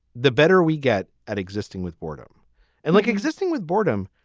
the better we get at existing with boredom and like existing with boredom.